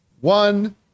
one